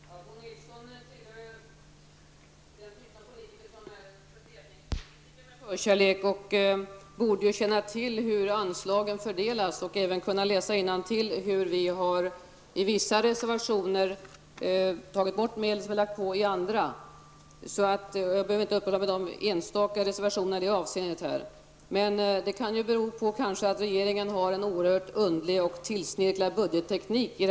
Herr talman! Bo Nilsson tillhör den typ av politiker som med förkärlek ägnar sig åt fördelningspolitik. Han borde känna till hur anslagen fördelas och även kunna läsa innantill hur vi i vissa reservationer har tagit bort medel som vi lagt på i andra. Jag behöver inte uppehålla mig vid enstaka reservationer i det avseendet. Problemet kan bero på att regeringen i det här sammanhanget har en oerhört underlig och tillsnirklad budgetteknik.